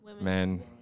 Men